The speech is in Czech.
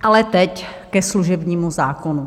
Ale teď ke služebnímu zákonu.